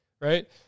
Right